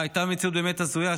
הייתה מציאות באמת הזויה,